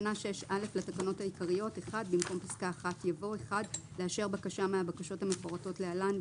במקום פסקה (1) יבוא: "(1)לאשר בקשה מהבקשות המפורטות להלן,